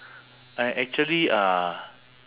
I actually uh